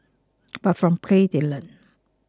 but from play they learn